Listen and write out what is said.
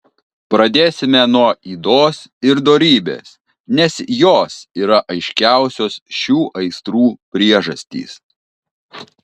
pradėsime nuo ydos ir dorybės nes jos yra aiškiausios šių aistrų priežastys